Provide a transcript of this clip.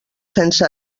sense